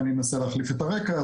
אני אנסה להחליף את הרקע,